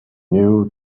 knew